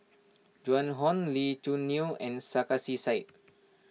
Joan Hon Lee Choo Neo and Sarkasi Said